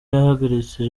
yahagaritse